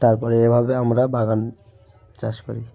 তারপরে এভাবে আমরা বাগান চাষ করি